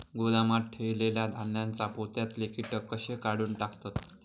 गोदामात ठेयलेल्या धान्यांच्या पोत्यातले कीटक कशे काढून टाकतत?